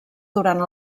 durant